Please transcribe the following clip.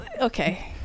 okay